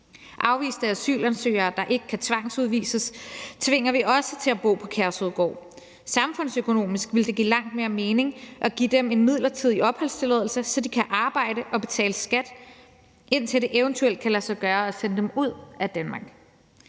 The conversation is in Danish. Afviste asylansøgere, der ikke kan tvangsudvises, tvinger vi også til at bo på Kærshovedgård. Samfundsøkonomisk ville det give langt mere mening at give dem en midlertidig opholdstilladelse, så de kan arbejde og betale skat, indtil det eventuelt kan lade sig gøre at sende dem ud af Danmark.